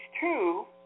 two